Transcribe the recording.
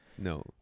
no